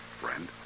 friend